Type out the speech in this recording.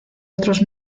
otros